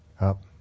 Up